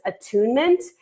attunement